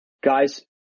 guys